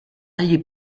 gli